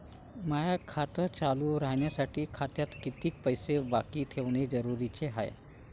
माय खातं चालू राहासाठी खात्यात कितीक पैसे बाकी ठेवणं जरुरीच हाय?